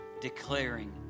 declaring